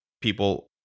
people